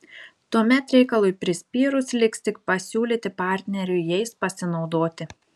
tuomet reikalui prispyrus liks tik pasiūlyti partneriui jais pasinaudoti